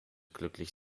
glücklich